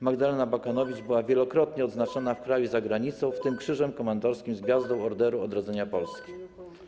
Magdalena Abakanowicz była wielokrotnie odznaczana w kraju i za granicą, w tym Krzyżem Komandorskim z Gwiazdą Orderu Odrodzenia Polski.